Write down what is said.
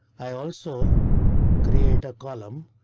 i also create a column.